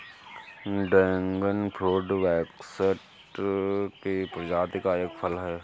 dragon fruit cactus की प्रजाति का एक फल है